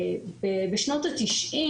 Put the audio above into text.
בשנות ה-90'